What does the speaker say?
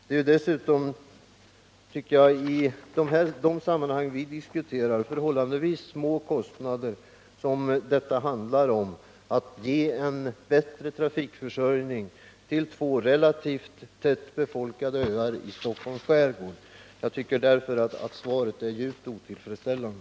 Det är dessutom enligt min mening fråga om, i de sammanhang vi diskuterar, förhållandevis små kostnader. Vad det handlar om är att ge en bättre trafikförsörjning till två relativt tättbefolkade öar i Stockholms skärgård. Jag tycker därför att svaret är djupt otillfredsställande.